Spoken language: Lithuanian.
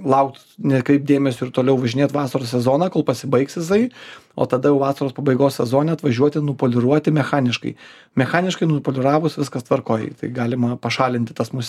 laukt nekreipt dėmesio ir toliau važinėt vasaros sezoną kol pasibaigs jisai o tada jau vasaros pabaigos sezone atvažiuoti nupoliruoti mechaniškai mechaniškai nupoliravus viskas tvarkoj tai galima pašalinti tas muses